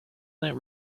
that